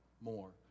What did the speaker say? more